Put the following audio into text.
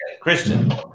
Christian